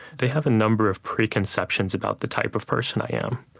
they have a number of preconceptions about the type of person i am,